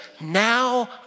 now